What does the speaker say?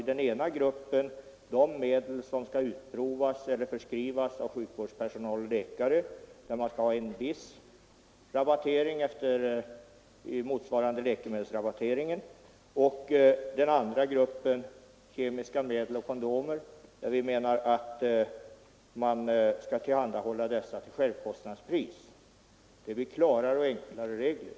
I den ena gruppen skall finnas de medel som måste förskrivas av sjukvårdspersonal och läkare, och för dessa skall förekomma en rabattering motsvarande läkemedelsrabatteringen. Till den andra gruppen skall föras kemiska preventivmedel och kondomer, som vi menar skall tillhandahållas till självkostnadspris. Sådana regler skulle vara klarare och enklare.